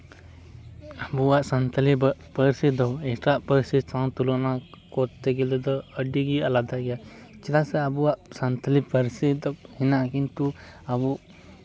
ᱟᱵᱚᱣᱟᱜ ᱥᱟᱱᱛᱟᱞᱤ ᱯᱟᱹᱨᱥᱤ ᱫᱚ ᱮᱴᱟᱜ ᱯᱟᱹᱨᱥᱤ ᱥᱟᱶ ᱛᱩᱞᱚᱱᱟ ᱠᱚᱨᱛᱮ ᱜᱮᱞᱮ ᱫᱚ ᱟᱹᱰᱤᱜᱮ ᱟᱞᱟᱫᱟ ᱜᱮᱭᱟ ᱪᱮᱫᱟᱜ ᱥᱮ ᱟᱵᱚᱣᱟᱜ ᱥᱟᱱᱛᱟᱞᱤ ᱯᱟᱹᱨᱥᱤ ᱫᱚ ᱦᱮᱱᱟᱜᱼᱟ ᱠᱤᱱᱛᱩ ᱟᱵᱚ